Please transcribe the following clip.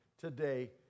today